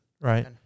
right